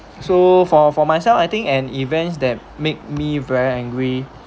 so for for myself I think an events that made me very angry